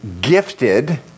gifted